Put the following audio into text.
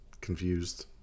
Confused